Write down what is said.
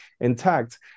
intact